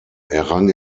errang